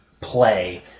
play